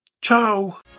Ciao